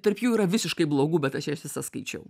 tarp jų yra visiškai blogų bet aš jas visas skaičiau